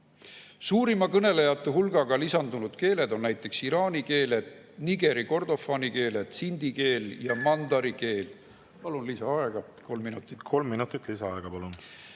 Suurima kõnelejate hulgaga lisandunud keeled on näiteks iraani keeled, Nigeri-Kordofani [hõimkonna] keeled, sindhi keel ja mandari keel. Palun lisaaega kolm minutit. Kolm minutit lisaaega, palun!